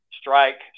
strike